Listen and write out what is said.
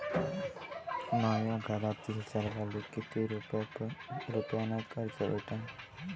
माह्या घरातील सर्वाले किती रुप्यान कर्ज भेटन?